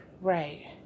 Right